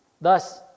Thus